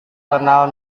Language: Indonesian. kenal